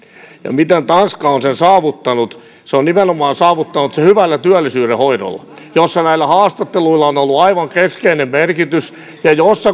miten tanska on sen saavuttanut se on saavuttanut sen nimenomaan hyvällä työllisyyden hoidolla jossa näillä haastatteluilla on ollut aivan keskeinen merkitys ja jossa